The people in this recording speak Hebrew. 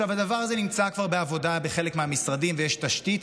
הדבר הזה נמצא כבר בעבודה בחלק מהמשרדים ויש תשתית,